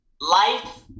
life